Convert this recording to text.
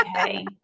Okay